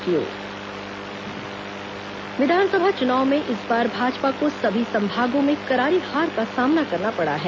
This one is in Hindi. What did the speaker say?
संभागवार परिणाम विधानसभा चुनाव में इस बार भाजपा को सभी संभागों में करारी हार का सामना करना पड़ा है